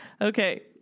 okay